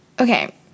Okay